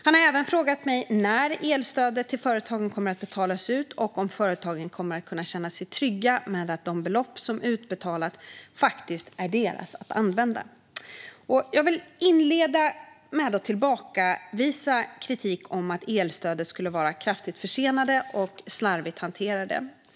Han har även frågat mig när elstödet till företagen kommer att betalas ut och om företagen kommer att kunna känna sig trygga med att de belopp som utbetalats faktiskt är deras att använda. Jag vill inleda med att tillbakavisa kritiken om att elstöden skulle vara kraftigt försenade och slarvigt hanterade.